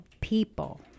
people